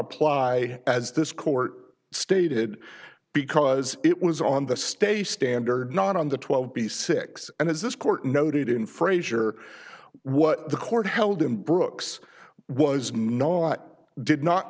apply as this court stated because it was on the stay standard not on the twelve b six and as this court noted in frazier what the court held in brooks was not did not